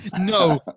No